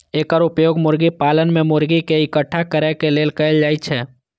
एकर उपयोग मुर्गी पालन मे मुर्गी कें इकट्ठा करै लेल कैल जाइ छै